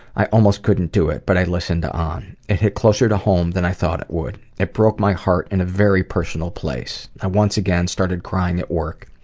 i almost couldn't do it, but i listened on. it hit closer to home than i thought it would. it broke my heart in a very personal place. i once again started crying at work.